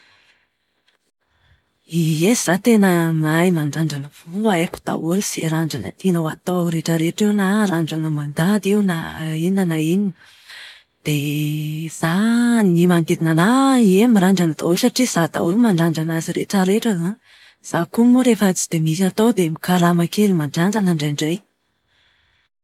Ie, izaho tena mahay mandrandrana volo a. Haiko daholo izay randrana tianao atao rehetrarehetra eo na randran inona na inona. Dia izaho ny manodidina anahy ie mirandrana daholo satria izaho daholo no mandrandrana azy rehetrarehetra izany. Izaho koa moa rehefa tsy dia misy atao dia mikarama kely mandrandran indraindray.